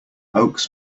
oaks